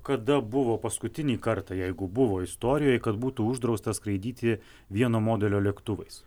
kada buvo paskutinį kartą jeigu buvo istorijoj kad būtų uždrausta skraidyti vieno modelio lėktuvais